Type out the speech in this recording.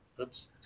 Oops